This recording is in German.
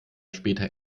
später